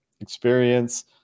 experience